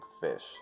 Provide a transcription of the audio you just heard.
fish